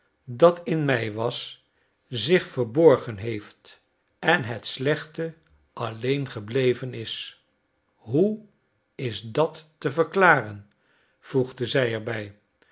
dat in mij was zich verborgen heeft en het slechte alleen gebleven is hoe is dat te verklaren voegde zij er